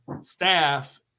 staff